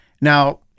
Now